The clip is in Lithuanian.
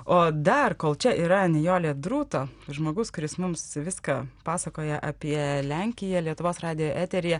o dar kol čia yra nijolė druto žmogus kuris mums viską pasakoja apie lenkiją lietuvos radijo eteryje